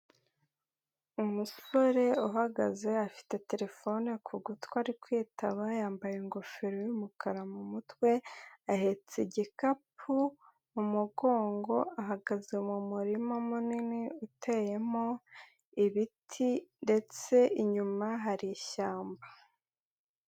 Umusore uhagaze afite telefone ku gutwi ari kwitaba, yambaye ingofero y'umukara mu mutwe, ahetse igikapu mu mugongo, ahagaze mu murima munini uteyemo ibiti ndetse inyuma hari ishyamba.